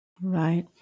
Right